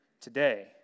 today